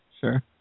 Sure